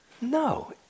No